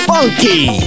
Funky